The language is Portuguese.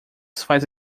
faz